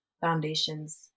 foundations